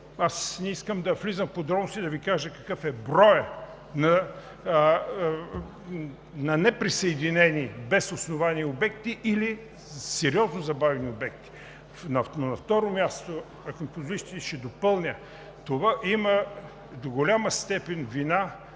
Не искам да влизам в подробности, за да Ви кажа какъв е броят на неприсъединени без основание обекти или сериозно забавени обекти. На второ място, ако ми позволите, ще допълня: за това до голяма степен имат